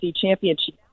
championship